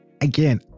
again